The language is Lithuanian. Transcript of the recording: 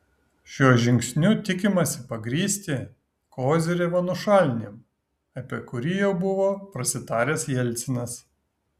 šiuo žingsniu tikimasi pagrįsti kozyrevo nušalinimą apie kurį jau buvo prasitaręs jelcinas